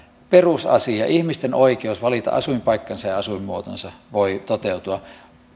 perusasia ihmisten oikeus valita asuinpaikkansa ja asuinmuotonsa voi toteutua